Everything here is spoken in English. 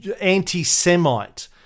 anti-Semite